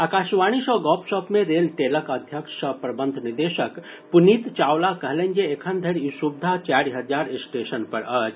आकाशवाणी सॅ गपशप मे रेल टेलक अध्यक्ष सह प्रबंध निदेशक पुनीत चावला कहलनि जे एखन धरि ई सुविधा चारि हजार स्टेशन पर अछि